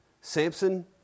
Samson